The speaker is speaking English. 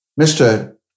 Mr